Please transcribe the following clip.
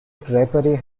drapery